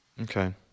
Okay